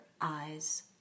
eyes